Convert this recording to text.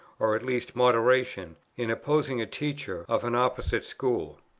or at least moderation, in opposing a teacher of an opposite school.